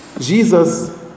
Jesus